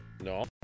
No